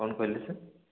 କ'ଣ କହିଲେ ସାର୍